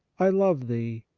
i love thee,